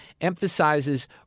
emphasizes